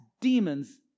demons